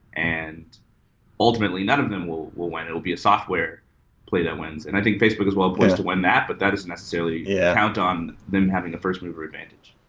and ultimately, none of them will will win. it will be a software play that wins. and i think facebook is well-poised to win that, but that doesn't necessarily yeah count on them having a first move or advantage.